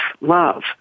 love